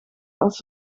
als